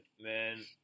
man